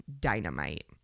dynamite